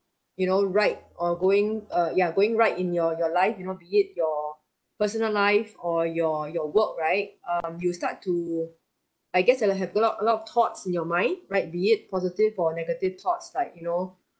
you know right or going uh ya going right in your your life you know be it your personal life or your your work right um you start to I guess have to have a lot a lot of thoughts in your mind right be it positive or negative thoughts like you know